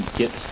get